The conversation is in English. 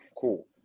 cool